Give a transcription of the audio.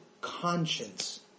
conscience